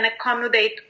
accommodate